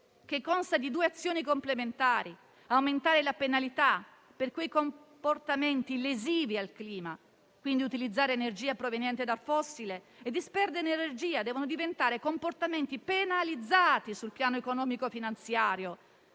che consta di due azioni complementari: aumentare la penalità per i comportamenti lesivi del clima (quindi utilizzare energia proveniente da fossile e disperdere energia devono diventare comportamenti penalizzati sul piano economico e finanziario)